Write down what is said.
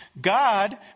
God